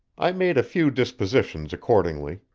i made a few dispositions accordingly.